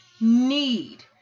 need